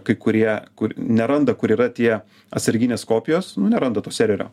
kai kurie kur neranda kur yra tie atsarginės kopijos nu neranda to serverio